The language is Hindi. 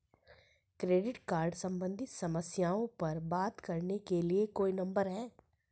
क्रेडिट कार्ड सम्बंधित समस्याओं पर बात करने के लिए कोई नंबर है?